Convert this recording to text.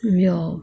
ya